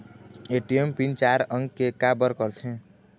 ATM PIN चार अंक के का बर करथे?